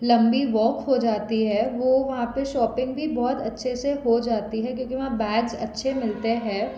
लंबी वॉक हो जाती है वो वहाँ पर शॉपिंग भी बहुत अच्छे से हो जाती है क्योंकि वहाँ बैग्स अच्छे मिलते हैं